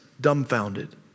dumbfounded